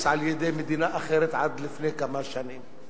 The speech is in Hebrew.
על-ידי מדינה אחרת עד לפני כמה שנים,